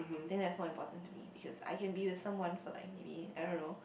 then that's more important to me because I can be with someone for like maybe I don't know